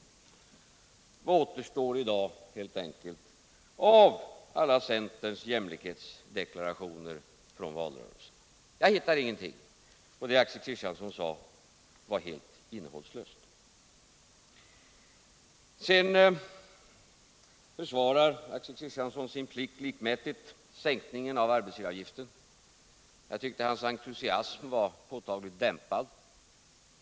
Vad återstår i dag av centerns alla jämlikhetsdeklarationer i valrörelsen? Jag hittar ingenting, och det Axel Kristiansson sade var helt innehållslöst. Sedan försvarar Axel Kristiansson, sin plikt likmätigt, sänkningen av arbetsgivaravgiften. Jag tyckte att hans entusiasm var påtagligt dämpad.